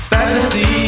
Fantasy